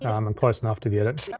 um i'm close enough to the edit,